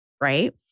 Right